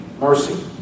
mercy